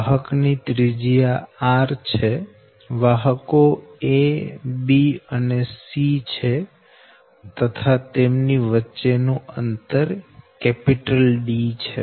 વાહક ની ત્રિજ્યા r છે વાહકો a b અને c છે તથા તેમની વચ્ચે નું અંતર D છે